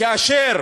כאשר